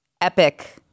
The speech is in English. epic